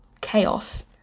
chaos